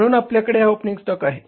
म्हणून आपल्याकडे हा ओपनिंग स्टॉक आहे